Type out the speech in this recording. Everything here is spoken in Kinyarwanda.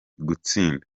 gutsinda